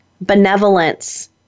benevolence